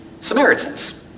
Samaritans